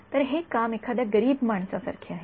तर हे काम एखाद्या गरीब माणसासारखे आहे